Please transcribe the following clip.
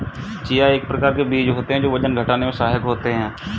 chia एक प्रकार के बीज होते हैं जो वजन घटाने में सहायक होते हैं